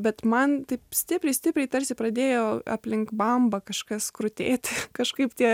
bet man taip stipriai stipriai tarsi pradėjo aplink bambą kažkas krutėti kažkaip tie